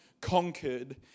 conquered